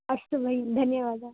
अस्तु भगिनी धन्यवादः